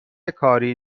کاری